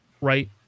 right